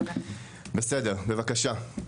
בבקשה?